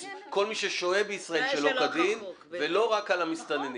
ששוהה בישראל שלא כדין ולא רק על המסתננים.